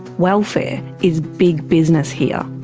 welfare is big business here.